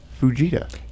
Fujita